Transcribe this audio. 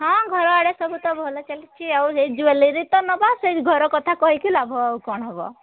ହଁ ଘର ଆଡ଼େ ସବୁ ତ ଭଲ ଚାଲିଛି ଆଉ ସେ ଜୁଏଲେରୀ ତ ନେବା ସେ ଘର କଥା କହିକି ଲାଭ ଆଉ କ'ଣ ହେବ